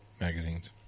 magazines